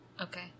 Okay